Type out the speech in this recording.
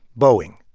boeing?